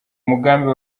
mugambi